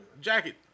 jacket